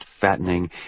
fattening